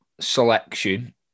selection